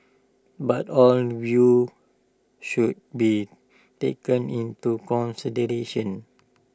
but all views should be taken into consideration